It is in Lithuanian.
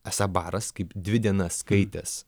esą baras kaip dvi dienas skaitęs